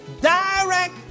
direct